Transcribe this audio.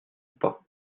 pas